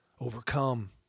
overcome